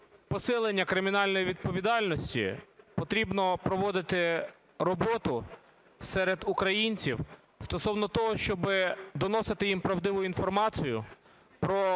посилення кримінальної відповідальності, потрібно проводити роботу серед українців стосовно того, щоб доносити їм правдиву інформацію про